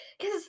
Cause